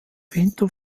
winter